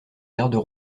gardes